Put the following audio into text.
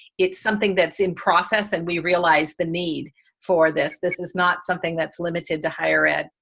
it's something that's in process and we realize the need for this. this is not something that's limited to higher ed.